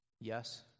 Yes